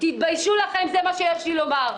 תתביישו לכם, זה מה שיש לי לומר.